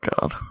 god